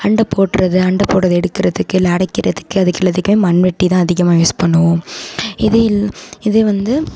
அண்டை போடுறது அண்டை போடுறத எடுக்கிறதுக்கு இல்லை அடைக்கிறதுக்கு அதுக்கு எல்லாத்துக்கும் மண்வெட்டிதான் அதிகமாக யூஸ் பண்ணுவோம் இது இல் இது வந்து